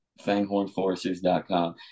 Fanghornforesters.com